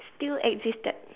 still existed